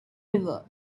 river